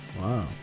Wow